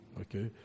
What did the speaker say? okay